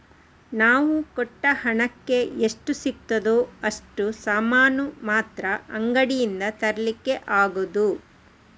ನಾವು ಕೊಟ್ಟ ಹಣಕ್ಕೆ ಎಷ್ಟು ಸಿಗ್ತದೋ ಅಷ್ಟು ಸಾಮಾನು ಮಾತ್ರ ಅಂಗಡಿಯಿಂದ ತರ್ಲಿಕ್ಕೆ ಆಗುದು